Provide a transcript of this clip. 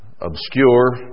Obscure